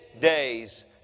days